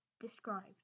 described